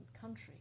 country